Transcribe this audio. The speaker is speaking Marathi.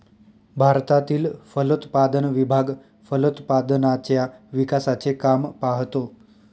भारतातील फलोत्पादन विभाग फलोत्पादनाच्या विकासाचे काम पाहतो